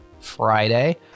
Friday